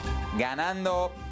Ganando